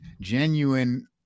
genuine